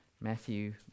Matthew